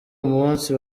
umunsi